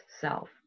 self